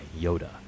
Yoda